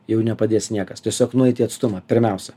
jau nepadės niekas tiesiog nueiti atstumą pirmiausia